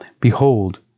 Behold